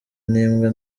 n’imbwa